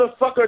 motherfucker